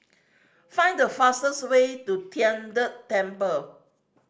find the fastest way to Tian De Temple